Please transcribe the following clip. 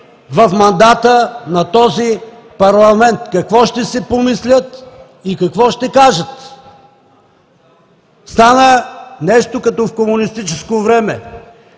в мандата на този парламент – какво ще си помислят и какво ще кажат? Стана нещо като в комунистическо време: